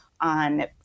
on